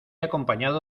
acompañado